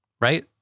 right